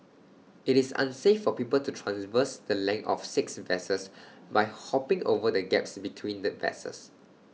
IT is unsafe for people to traverse the length of six vessels by hopping over the gaps between the vessels